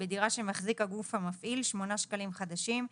בדירה שמחזיק הגוף המפעיל - 8 שקלים חשים,